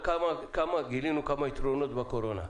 גילינו כמה יתרונות בקורונה.